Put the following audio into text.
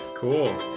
Cool